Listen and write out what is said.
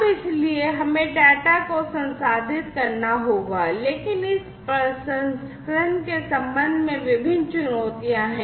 अब इसलिए हमें डेटा को संसाधित करना होगा लेकिन इस प्रसंस्करण के संबंध में विभिन्न चुनौतियाँ हैं